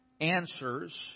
answers